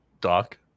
Doc